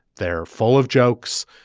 they're full of jokes.